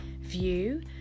view